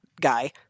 guy